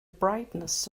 brightness